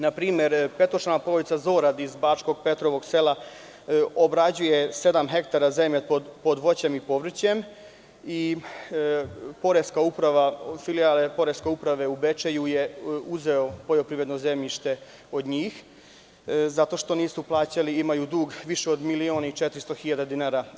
Na primer petočlana porodica iz Bačkog Petrovog sela obrađuje sedam hektara zemlje pod vođem i povrćem i poreska uprava, filajala poreske uprave u Bečeju je uzela poljoprivredno zemljište od njih zato što nisu plaćali, imaju dug više od milion i 400 hiljada dinara.